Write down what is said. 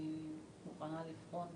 אני מוכנה לבחון,